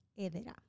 Edera